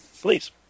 Please